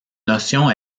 notion